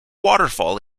waterfall